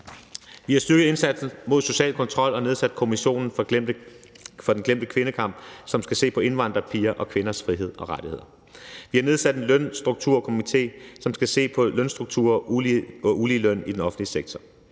Vi har styrket indsatsen mod social kontrol og nedsat Kommissionen for den glemte kvindekamp, som skal se på indvandrerpigers og -kvinders frihed og rettigheder. Vi har nedsat en Lønstrukturkomité, som skal se på lønstrukturer og uligeløn i den offentlige sektor.